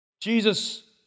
Jesus